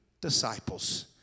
disciples